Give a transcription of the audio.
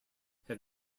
have